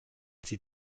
sie